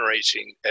generating